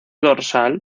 dorsal